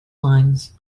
lines